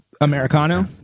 Americano